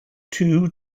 two